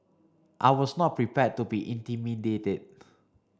I was not prepared to be intimidated